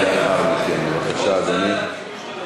בבקשה, אדוני.